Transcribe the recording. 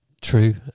True